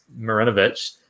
Marinovic